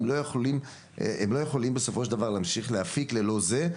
הם לא יכולים בסופו של דבר להמשיך להפיק ללא זה,